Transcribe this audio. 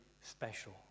special